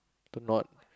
to not